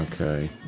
Okay